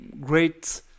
great